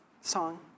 song